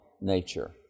nature